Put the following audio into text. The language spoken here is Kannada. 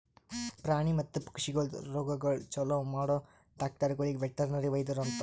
ಪ್ರಾಣಿ ಮತ್ತ ಪಕ್ಷಿಗೊಳ್ದು ರೋಗಗೊಳ್ ಛಲೋ ಮಾಡೋ ಡಾಕ್ಟರಗೊಳಿಗ್ ವೆಟರ್ನರಿ ವೈದ್ಯರು ಅಂತಾರ್